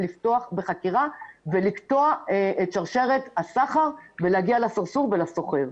לפתוח בחקירה ולקטוע את שרשרת הסחר ולהגיע לסרסור ולסוחר.